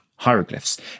hieroglyphs